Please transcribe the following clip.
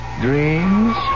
dreams